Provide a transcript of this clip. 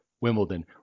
Wimbledon